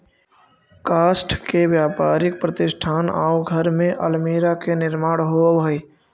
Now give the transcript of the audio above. काष्ठ से व्यापारिक प्रतिष्ठान आउ घर में अल्मीरा के निर्माण होवऽ हई